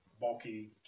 bulky